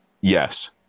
Yes